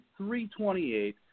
.328